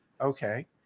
Okay